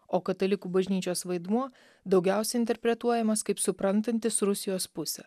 o katalikų bažnyčios vaidmuo daugiausiai interpretuojamas kaip suprantantis rusijos pusę